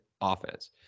offense